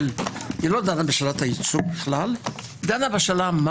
לא דנה בשאלת הייצוג בכלל אלא מה